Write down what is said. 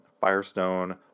Firestone